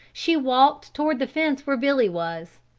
she walked toward the fence where billy was.